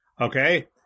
okay